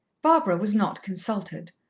barbara was not consulted,